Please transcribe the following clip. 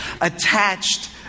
attached